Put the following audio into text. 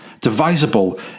divisible